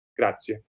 grazie